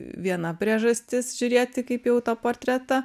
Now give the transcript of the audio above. viena priežastis žiūrėti kaip į autoportretą